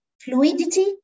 fluidity